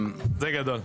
בלי סרבנות לשרת בצה"ל.